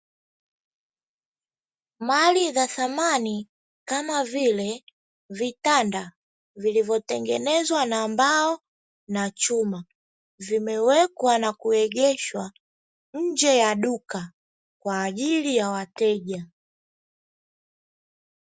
Mali za samani kama vile vitanda vilivyotengenezwa na mbao na chuma, vimewekwa na kuegeshwa nje ya duka kwa ajili ya wateja.